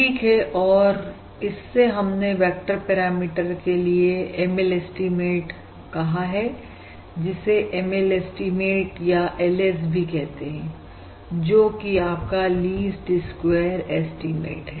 ठीक है और और इससे हमने वेक्टर पैरामीटर के लिए ML एस्टीमेट कहां है जिसे ML एस्टीमेट या LS भी कहते हैं जो कि आपका लीस्ट स्क्वेयर एस्टीमेट है